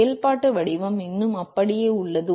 செயல்பாட்டு வடிவம் இன்னும் அப்படியே உள்ளது